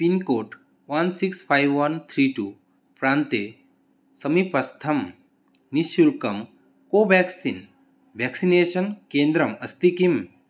pincode one six five one three two प्रान्ते समीपस्थं निश्शुल्कं कोवाक्सिन् व्याक्सिनेषन् केन्द्रम् अस्ति किम्